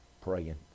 praying